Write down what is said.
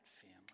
family